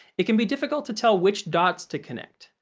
it can be difficult to tell which dots to connect,